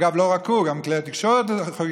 אגב, לא רק הוא, גם כלי התקשורת חוגגים.